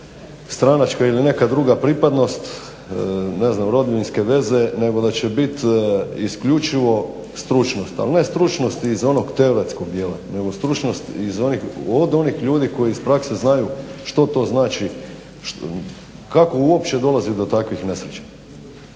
neka stranačka ili neka druga pripadnost, rodbinske veze nego da će biti isključivo stručnost, ali ne stručnost iz onog teoretskog dijela, nego stručnost od onih ljudi koji iz prakse znaju što to znači, kako uopće dolazi do takvih nesreća.